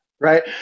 right